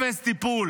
אפס טיפול.